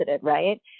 right